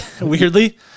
weirdly